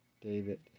David